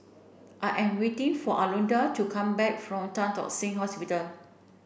I am waiting for Alondra to come back from Tan Tock Seng Hospital